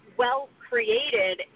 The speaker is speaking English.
well-created